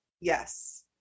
Yes